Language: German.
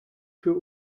für